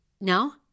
No